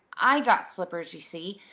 i got slippers, you see.